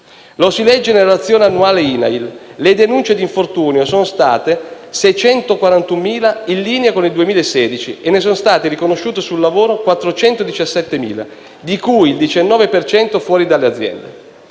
Lo si legge nella relazione annuale INAIL. Le denunce di infortunio sono state 641.000, in linea con il 2016, e ne sono state riconosciute sul lavoro 417.000, di cui il 19 per cento fuori dall'azienda.